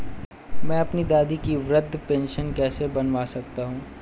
मैं अपनी दादी की वृद्ध पेंशन कैसे बनवा सकता हूँ?